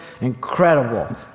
Incredible